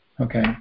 okay